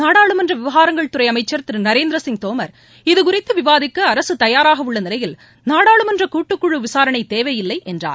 நாடாளுமன்ற விவகாரங்கள் துறை அமைச்சர் திரு நரேந்திர சிங் தோமர் இது குறித்து விவாதிக்க அரசு தயாராக உள்ள நிலையில் நாடாளுமன்ற கூட்டுக்குழு விசாரணை தேவையில்லை என்றார்